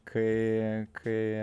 kai kai